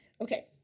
Okay